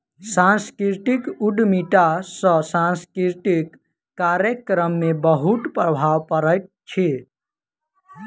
सांस्कृतिक उद्यमिता सॅ सांस्कृतिक कार्यक्रम में बहुत प्रभाव पड़ैत अछि